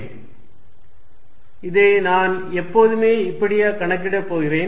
Er14π0dVrr r3r r இதை நான் எப்போதுமே இப்படியா கணக்கிடப் போகிறேன்